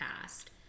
past